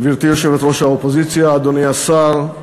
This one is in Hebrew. גברתי יושבת-ראש האופוזיציה, אדוני השר,